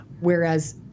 Whereas